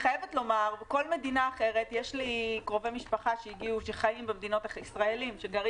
בכל מדינה אחרת יש לי קרובי משפחה ישראלים שחיים